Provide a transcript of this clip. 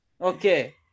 Okay